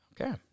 Okay